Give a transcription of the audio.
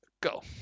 go